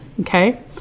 Okay